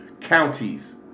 counties